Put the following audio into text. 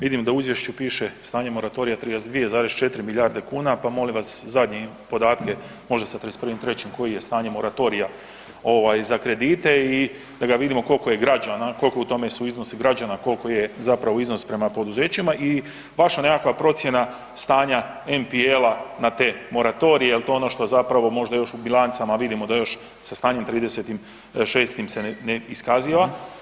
Vidim da u Izvješću piše stanje moratorija 32,4 milijarde kuna pa molim vas, zadnje podatke, možda sa 31.3. koje je stanje moratorija, ovaj, za kredite i da ga vidimo koliko je građana, koliko u tome su iznosi građana, koliko je zapravo iznos prema poduzećima i vaša nekakva procjena stanja MPL-a na te moratorije jer to je ono što zapravo možda još u bilancama vidimo da još sa stanjem 30.6. se ne iskaziva.